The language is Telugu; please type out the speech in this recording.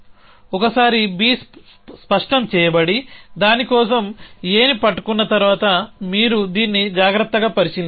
ఒకసారి B స్పష్టం చేయబడి దాని కోసం Aని పట్టుకున్న తర్వాత మీరు దీన్ని జాగ్రత్తగా పరిశీలించాలి